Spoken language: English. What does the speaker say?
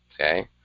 Okay